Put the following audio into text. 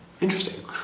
Interesting